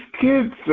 kids